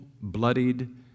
bloodied